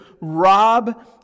rob